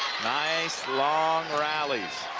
nice long rallies.